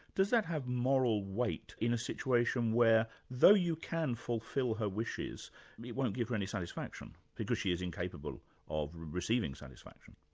does that have moral weight in a situation where though you can fulfil her wishes it won't give her any satisfaction because she is incapable of receiving satisfaction?